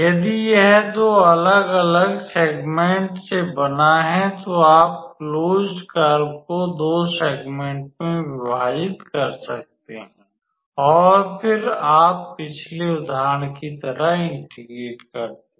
यदि यह दो अलग अलग सेगमेंट्स से बना है तो आप क्लोज्ड कर्व को दो सेगमेंट्स में विभाजित करते हैं और फिर आप पिछले उदाहरण की तरह इंटेग्रेट करते हैं